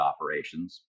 operations